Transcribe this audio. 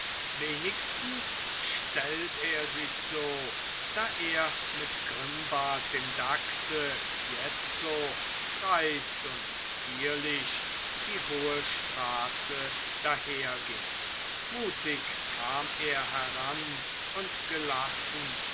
wenigstens stellt er sich so da er mit grimbart dem dachse jetzo dreist und zierlich die hohe straße daherging mutig kam er heran und gelassen